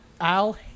Al